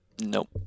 Nope